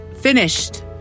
finished